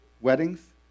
Weddings